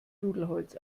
nudelholz